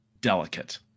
delicate